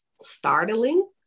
startling